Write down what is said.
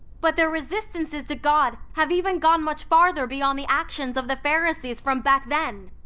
but their resistances to god have even gone much farther beyond the actions of the pharisees from back then.